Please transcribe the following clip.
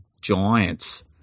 Giants